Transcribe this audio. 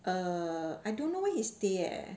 err I don't know where he stay eh